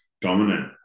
dominant